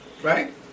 Right